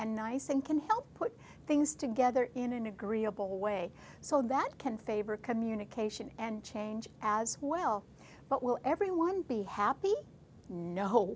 and nice and can help put things together in an agreeable way so that can favor communication and change as well but will everyone be happy no